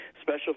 special